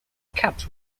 caps